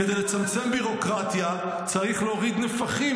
כדי לצמצם ביורוקרטיה צריך להוריד נפחים.